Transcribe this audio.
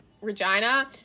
Regina